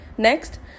next